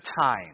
time